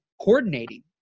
coordinating